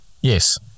Yes